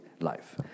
life